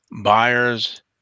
buyers